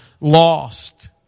lost